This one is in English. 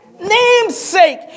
namesake